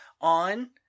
on